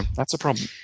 that's a problem.